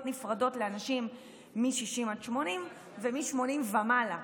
נפרדות לאנשים מ-60 עד 80 ומ-80 ומעלה.